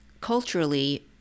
culturally